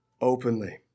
openly